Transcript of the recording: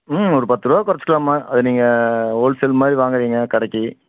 ம் ஒரு பத்து ரூபா குறைச்சுக்கலாமா அது நீங்கள் ஹோல் சேல் மாதிரி வாங்கிறீங்க கடைக்கு